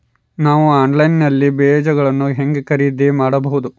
ನಾವು ಆನ್ಲೈನ್ ನಲ್ಲಿ ಬೇಜಗಳನ್ನು ಹೆಂಗ ಖರೇದಿ ಮಾಡಬಹುದು?